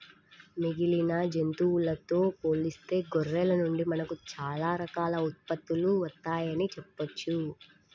మిగిలిన జంతువులతో పోలిస్తే గొర్రెల నుండి మనకు చాలా రకాల ఉత్పత్తులు వత్తయ్యని చెప్పొచ్చు